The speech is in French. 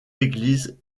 églises